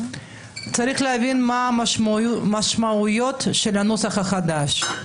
צריך להבין מה המשמעויות של הנוסח החדש.